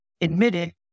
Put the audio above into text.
Admitted